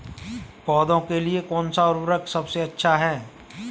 पौधों के लिए कौन सा उर्वरक सबसे अच्छा है?